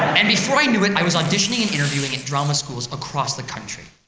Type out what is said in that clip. and before i knew it, i was auditioning and interviewing in drama schools across the country,